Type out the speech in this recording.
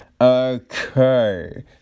Okay